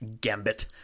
gambit